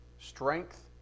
strength